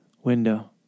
Window